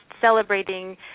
celebrating